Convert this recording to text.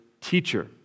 teacher